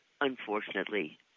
unfortunately